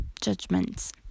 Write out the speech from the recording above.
Judgments